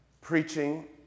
preaching